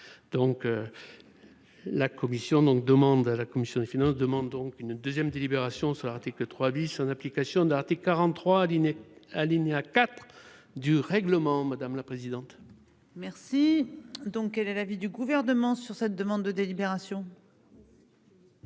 à la commission des finances demande donc une 2ème délibération sur l'article 3 bis en application d'Arte 43 dîner alinéa 4 du règlement, madame la présidente. Merci. Donc quel est l'avis du gouvernement, sur cette demande de délibération.